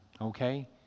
okay